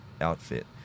outfit